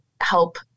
help